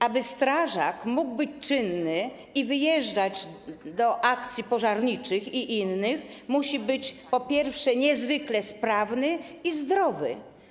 Aby strażak mógł być czynny i wyjeżdżać do akcji pożarniczych i innych, musi być po pierwsze niezwykle sprawny i zdrowy.